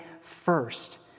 first